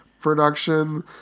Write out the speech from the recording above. production